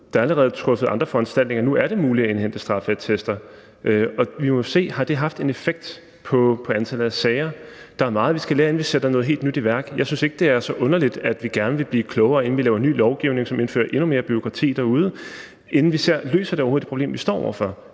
Der er allerede gjort andre foranstaltninger, så det nu er muligt at indhente straffeattester, og vi må jo se, om det har haft en effekt på antallet af sager. Der er meget, vi skal lære, inden vi sætter noget helt nyt i værk, og jeg synes ikke, det er så underligt, at vi gerne vil blive klogere, inden vi laver ny lovgivning, som indfører endnu mere bureaukrati derude, og inden vi ser, om det overhovedet løser det problem, vi står over for.